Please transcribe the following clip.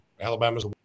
Alabama's